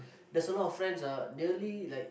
there's a lot of friends ah nearly like